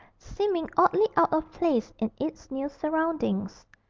seeming oddly out of place in its new surroundings.